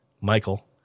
Michael